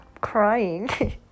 crying